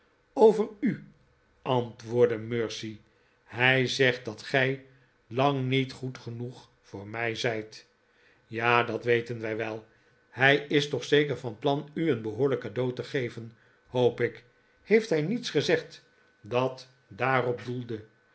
over u antwoordde mercy hij zegt dat gij lang niet goed genoeg voor mij zijt ja dat weten wij wel hij is toch zeker van plan u een behoorlijk cadeau te geven hoop ik heeft hij niets gezegd dat daarop doelde